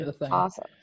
Awesome